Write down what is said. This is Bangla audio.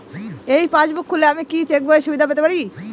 এই পাসবুক খুললে কি আমি চেকবইয়ের সুবিধা পেতে পারি?